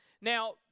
Now